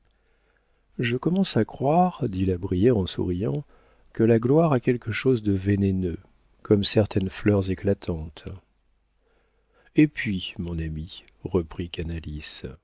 je commence à croire dit la brière en souriant que la gloire a quelque chose de vénéneux comme certaines fleurs éclatantes et puis mon ami reprit